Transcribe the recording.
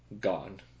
gone